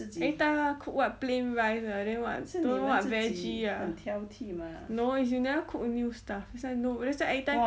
every time what cook what plain rice lah then what don't know what veggie lah no is you never cook new stuff this I know cause every time